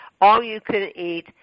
All-you-can-eat